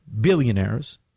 billionaires